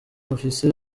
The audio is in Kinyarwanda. bafise